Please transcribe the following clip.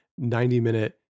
90-minute